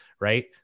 right